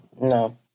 No